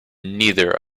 neither